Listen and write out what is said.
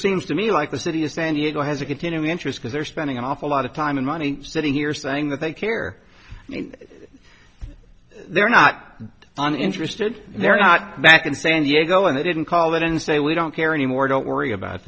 seems to me like the city of san diego has a continuing interest because they're spending an awful lot of time and money sitting here saying that they care they're not an interested they're not back in san diego and i didn't call that and say we don't care anymore don't worry about